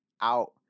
out